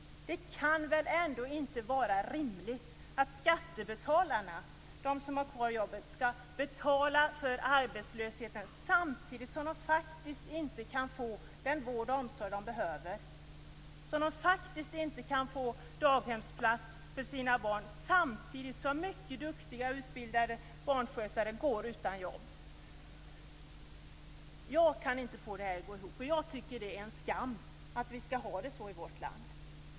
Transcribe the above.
Det kan inte vara rimligt att skattebetalarna, de som har kvar sina jobb, skall betala för arbetslösheten samtidigt som de faktiskt inte kan få den vård och omsorg som de behöver. De kan inte få daghemsplats för sina barn, men samtidigt går mycket duktiga och utbildade barnskötare utan jobb. Jag kan inte få det här att gå ihop. Jag tycker att det är en skam att vi skall ha det så i vårt land.